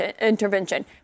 intervention